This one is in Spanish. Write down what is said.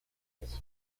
eso